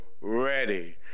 ready